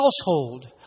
household